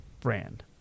brand